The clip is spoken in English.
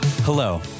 Hello